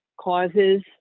causes